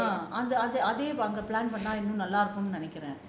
அதேதான் அங்க பண்ணுனா ரொம்ப நல்லா இருக்கும்:athaethaan anga pannunaa romba nallaa irukum